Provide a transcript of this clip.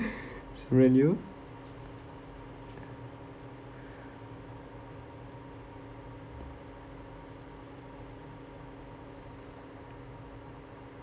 simeon you